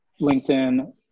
LinkedIn